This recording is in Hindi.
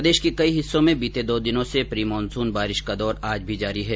प्रदेश के कई हिस्सों में बीते दो दिनों से प्री मानसून बारिश का दौर आज भी जारी है